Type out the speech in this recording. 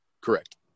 Correct